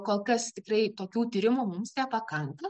kol kas tikrai tokių tyrimų mums nepakanka